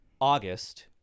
August